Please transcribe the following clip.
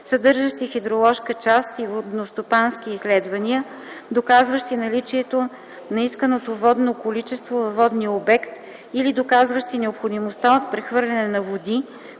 съдържащи хидроложка част и водностопански изследвания, доказващи наличието на исканото водно количество във водния обект или доказващи необходимостта от прехвърляне на води